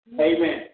Amen